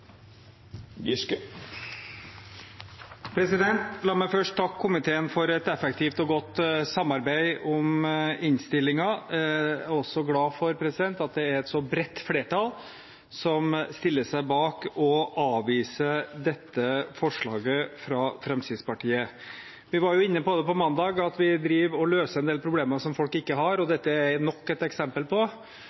minutt. La meg først takke komiteen for et effektivt og godt samarbeid om innstillingen. Jeg er glad for at det er et så bredt flertall som stiller seg bak å avvise dette forslaget fra Fremskrittspartiet. Vi var på mandag inne på at vi driver og løser en del problemer som folk ikke har, og dette er nok et eksempel på